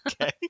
Okay